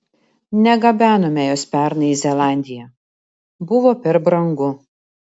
negabenome jos pernai į zelandiją buvo per brangu